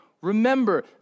remember